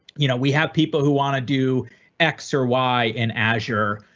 you know we have people who want to do x or y in azure.